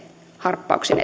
harppauksin